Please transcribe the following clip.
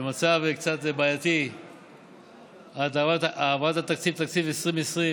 במצב קצת בעייתי בהעברת תקציב 2020,